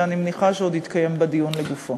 ואני מניחה שעוד יתקיים בה דיון לגופו.